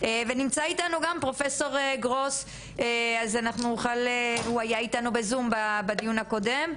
נמצא איתנו כאן גם פרופסור גרוס שהיה איתנו בזום בדיון הקודם,